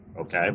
okay